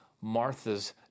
Martha's